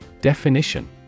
Definition